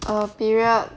a period